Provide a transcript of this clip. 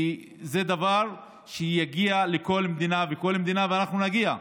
זה דבר שיגיע לכל מדינה ומדינה, ואנחנו נגיע.